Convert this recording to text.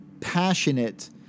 passionate